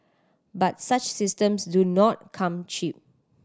but such systems do not come cheap